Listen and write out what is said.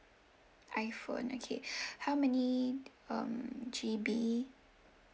iphone okay how many um G_B